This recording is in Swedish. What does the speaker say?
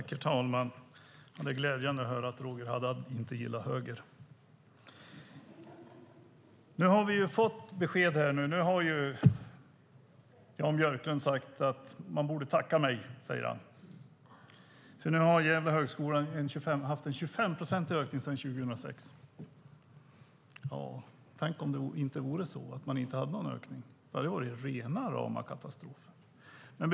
Herr talman! Det är glädjande att höra att Roger Haddad inte gillar höger. Nu har vi fått besked. Jan Björklund har sagt att man borde tacka honom för att Högskolan i Gävle haft en 25-procentig ökning sedan 2006. Ja, tänk om man inte hade haft någon ökning! Då hade det varit rena rama katastrofen.